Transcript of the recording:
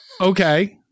Okay